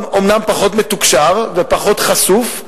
אומנם פחות מתוקשר ופחות חשוף,